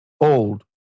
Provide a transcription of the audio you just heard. old